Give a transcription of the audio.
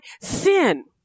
sin